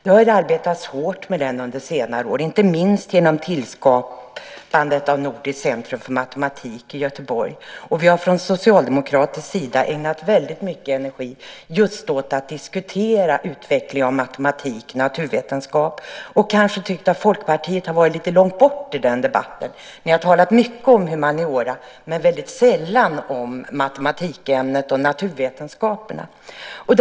Det har arbetats hårt med den under senare år, inte minst genom tillskapandet av Nordiskt centrum för matematik i Göteborg. Vi socialdemokrater har ägnat väldigt mycket energi åt att diskutera utvecklingen av matematik och naturvetenskapliga ämnen. Vi har kanske tyckt att Folkpartiet har varit lite avlägsna i den debatten. Ni har talat mycket om humaniora, men väldigt sällan om matematik och naturvetenskapliga ämnen.